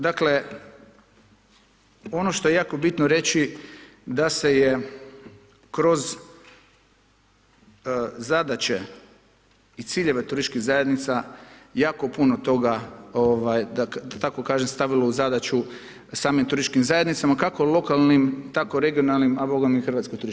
Dakle, ono što je jako bitno reći da se je kroz zadaće i ciljeve turističkih zajednica jako puno toga da tako kažem, stavilo u zadaću samim turističkim zajednicama, kako lokalnim tako regionalnim a boga mi i HTZ-u.